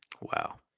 Wow